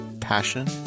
passion